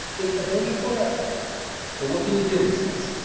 it's a danger for us but what can you do? he says.